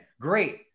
Great